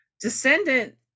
descendant